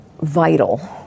vital